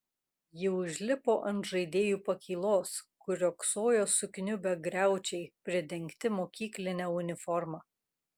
ji užlipo ant žaidėjų pakylos kur riogsojo sukniubę griaučiai pridengti mokykline uniforma